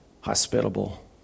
Hospitable